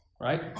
right